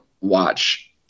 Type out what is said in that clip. watch